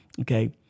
Okay